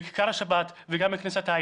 בכיכר השבת וגם בכניסה לעיר.